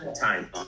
Time